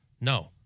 No